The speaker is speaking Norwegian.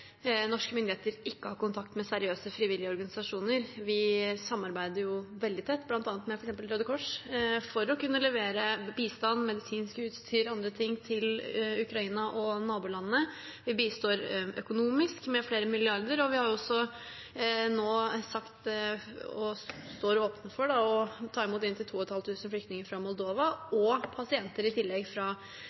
norske myndigheter ikke har kontakt med seriøse, frivillige organisasjoner. Vi samarbeider veldig tett med f.eks. Røde Kors, for å kunne levere bistand, medisinsk utstyr og annet til Ukraina og nabolandene. Vi bistår økonomisk med flere milliarder, og vi har også nå sagt at vi er åpne for å ta imot inntil 2 500 flyktninger fra Moldova og pasienter i tillegg fra